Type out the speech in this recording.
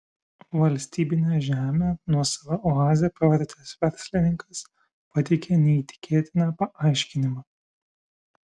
valstybinę žemę nuosava oaze pavertęs verslininkas pateikė neįtikėtiną paaiškinimą